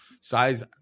Size